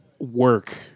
work